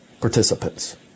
participants